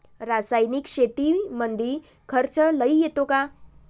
रासायनिक शेतीमंदी खर्च लई येतो का?